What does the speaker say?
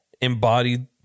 embodied